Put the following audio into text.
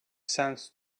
sense